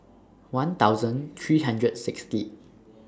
one thousand three hundred Sixth